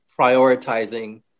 prioritizing